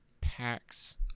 packs